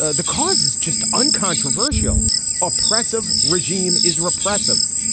ah the cause is just uncontroversial oppressive regime is repressive.